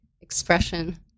Expression